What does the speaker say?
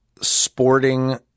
sporting